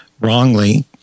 Wrongly